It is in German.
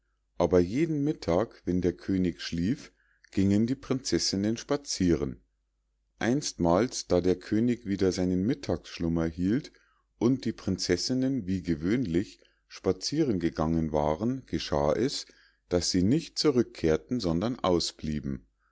aber jeden mittag wenn der könig schlief gingen die prinzessinnen spazieren einstmals da der könig wieder seinen mittagsschlummer hielt und die prinzessinnen wie gewöhnlich spazieren gegangen waren geschah es daß sie nicht zurückkehrten sondern ausblieben